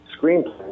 screenplay